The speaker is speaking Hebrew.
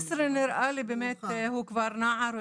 לא, 16 נראה לי באמת הוא כבר נער.